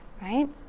right